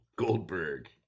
goldberg